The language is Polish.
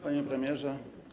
Panie Premierze!